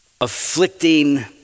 afflicting